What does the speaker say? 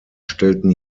stellten